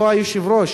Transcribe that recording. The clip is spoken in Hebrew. אותו היושב-ראש